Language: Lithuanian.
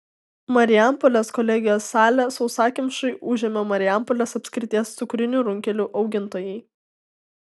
marijampolės kolegijos salę sausakimšai užėmė marijampolės apskrities cukrinių runkelių augintojai